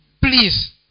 Please